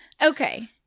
Okay